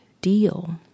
deal